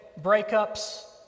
breakups